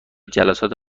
جلسات